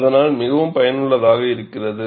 அதனால் மிகவும் பயனுள்ளதாக இருக்கிறது